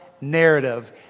narrative